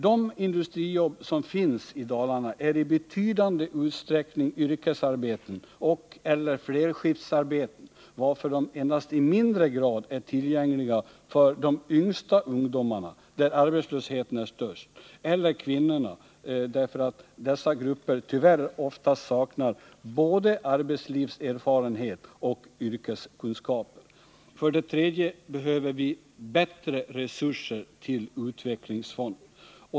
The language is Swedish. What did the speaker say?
De industrijobb som finns i Dalarna är i betydande utsträckning yrkesarbeten och/eller flerskiftsarbeten, varför de endast i mindre grad är tillgängliga för de yngsta ungdomarna, bland vilka arbetslösheten är störst, eller för kvinnorna, enär dessa grupper tyvärr oftast saknar såväl arbetslivserfarenhet som yrkeskunskaper. 3. Vi behöver bättre resurser till utvecklingsfonden.